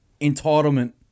entitlement